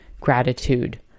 gratitude